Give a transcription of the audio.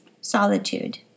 solitude